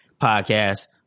Podcast